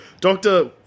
Doctor